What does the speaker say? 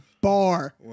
bar